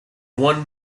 one